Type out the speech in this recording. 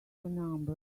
number